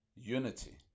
unity